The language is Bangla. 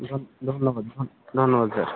ধন্যবাদ ধন্যবাদ স্যার